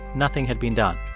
nothing had been done.